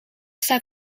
staat